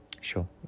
sure